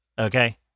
Okay